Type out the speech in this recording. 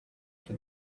for